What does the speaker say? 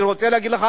אני רוצה להגיד לך,